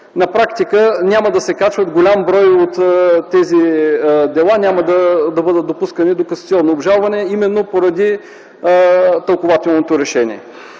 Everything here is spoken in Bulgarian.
на практика голям брой от тези дела няма да бъдат допускани до касационно обжалване, именно поради тълкувателното решение.